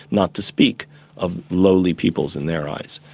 not to speak of lowly peoples, in their eyes,